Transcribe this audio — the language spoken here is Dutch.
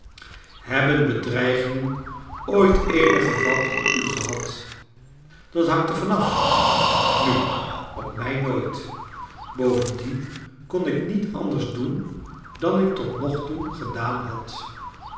hebben bedreigingen ooit eenigen vat op u gehad dat hangt ervan af nu op mij nooit bovendien kon ik niet anders doen dan ik tot nogtoe gedaan had